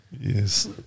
Yes